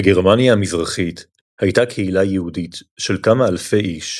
בגרמניה המזרחית הייתה קהילה יהודית של כמה אלפי איש,